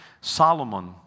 Solomon